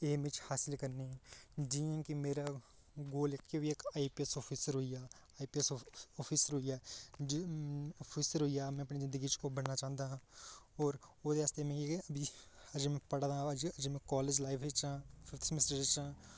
M बिच हासिल करने दी जि'यां कि मेरा आईपीऐस्स आफिसर होई गेआ आईपीऐस्स आफिसर होई गेआ आफिसर होई गेआ में अपनी जिंदगी च ओह् बनना चांह्दा और ओह्दे आस्तै मी अजें में पढ़ै दा अजें में कालेज लाइफ च आं